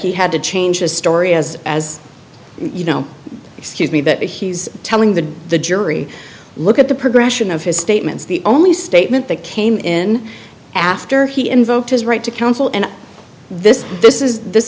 he had to change his story as as you know excuse me but he's telling the the jury look at the progression of his statements the only statement that came in after he invoked his right to counsel and this this is this